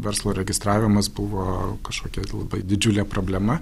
verslo registravimas buvo kažkokia labai didžiulė problema